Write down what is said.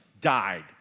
died